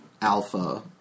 alpha